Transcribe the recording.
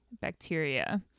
Bacteria